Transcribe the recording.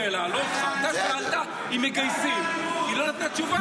אתה שאלת את השאלה אם מגייסים, היא לא נתנה תשובה.